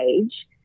age